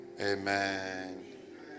Amen